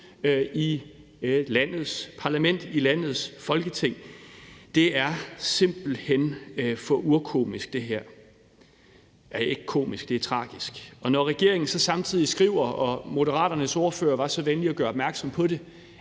i landets parlament, i landets Folketing. Det her er simpelt hen for urkomisk, nej, ikke komisk, det er tragisk. Når regeringen så samtidig skriver – Moderaternes ordfører var så venlig at gøre opmærksom på det